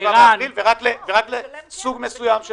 רק לסוג מסוים של